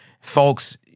Folks